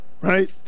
right